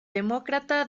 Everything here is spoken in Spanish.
demócrata